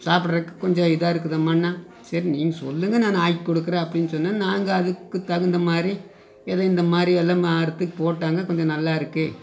சாப்புடுறதுக்கு கொஞ்சம் இதாக இருக்குதும்மானா சரி நீங்கள் சொல்லுங்கள் நான் ஆக்கி கொடுக்குறேன் அப்படின்னு சொன்னால் நாங்கள் அதுக்கு தகுந்த மாதிரி ஏதோ இந்த மாதிரி எல்லாம் அறுத்து போட்டாங்க கொஞ்சம் நல்லா இருக்குது